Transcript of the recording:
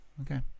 Okay